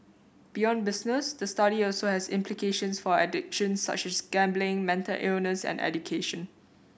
beyond business the study also has implications for addictions such as gambling mental illness and education